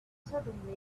suddenly